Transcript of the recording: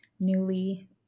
newly